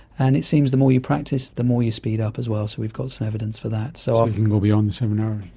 and it seems the more you practice the more you speed up as well, so we've got some evidence for that. so you ah can go beyond the seven hours.